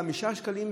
5 שקלים,